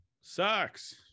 Sucks